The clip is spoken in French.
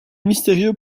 mystérieux